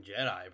Jedi